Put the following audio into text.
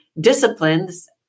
disciplines